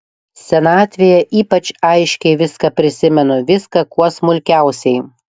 senatvėje ypač aiškiai viską prisimenu viską kuo smulkiausiai